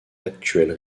l’actuelle